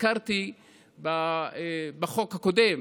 הזכרתי בחוק הקודם,